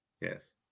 yes